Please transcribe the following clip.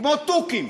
כמו תוכים.